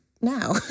now